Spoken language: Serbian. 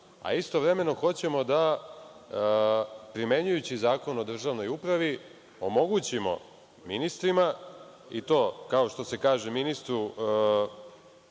a istovremeno hoćemo da, primenjujući Zakon o državnoj upravi, omogućimo ministrima, i to kao što se kaže „ministru